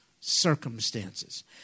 circumstances